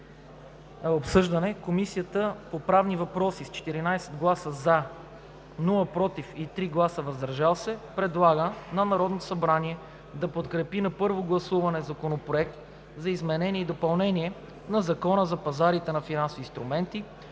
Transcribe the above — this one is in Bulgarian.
обсъждане Комисията по правни въпроси с 14 гласа „за“, без „против“ и 3 гласа „въздържал се“ предлага на Народното събрание да подкрепи на първо гласуване Законопроект за изменение и допълнение на Закона за пазарите на финансови инструменти,